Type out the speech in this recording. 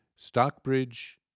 Stockbridge